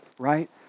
right